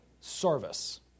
service